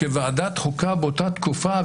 כוועדת חוקה באותה תקופה,